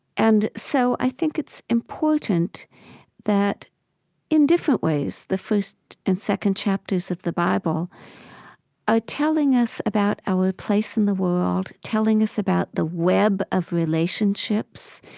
and so i think it's important that in different ways the first and second chapters of the bible are telling us about about our place in the world, telling us about the web of relationships